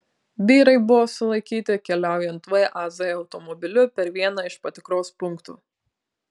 vyrai buvo sulaikyti keliaujant vaz automobiliu per vieną iš patikros punktų